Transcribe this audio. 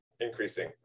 increasing